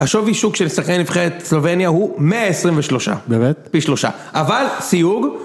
השווי שוק של שחקני נבחרת סלובניה הוא 123. באמת? פי שלושה. אבל סיוג...